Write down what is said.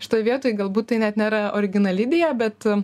šitoj vietoj galbūt tai net nėra originali idėja bet